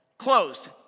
closed